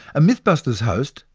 mythbusters host,